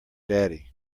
daddy